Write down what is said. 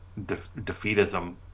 defeatism